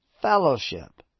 fellowship